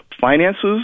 finances